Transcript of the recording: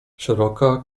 szeroka